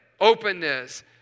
openness